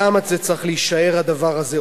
למה צריך להישאר הדבר הזה,